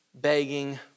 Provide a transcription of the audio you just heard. begging